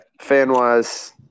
fan-wise